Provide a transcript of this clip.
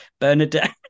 Bernadette